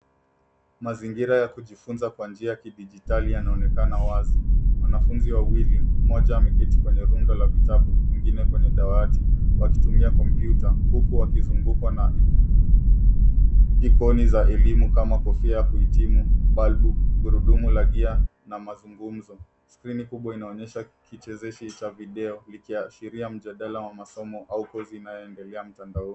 Mazingira ya kujifunza kwa njia ya kidigitali yanaonekana wazi. Wanafunzi wawili, mmoja ameketi kwenye rundo la vitabu, mwingine kwenye dawati wakitumia kompyuta huku wakizungukwa na ikoni za elimu kama kofia ya kuhitimu, balbu , gurudumu la gia, na mazungumzo. Skrini kubwa inaonyesha kichezeshi cha video likiashiria mjadala wa masomo au kosi inayoendelea mtandaoni.